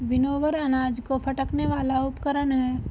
winnower अनाज को फटकने वाला उपकरण है